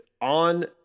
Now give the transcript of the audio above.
on